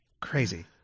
Crazy